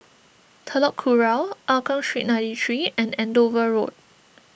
Telok Kurau Hougang Street ninety three and Andover Road